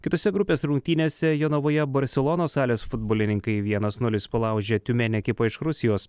kitose grupės rungtynėse jonavoje barselonos salės futbolininkai vienas nulis palaužė tiumen ekipą iš rusijos